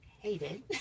hated